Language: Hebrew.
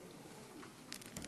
בהחלט,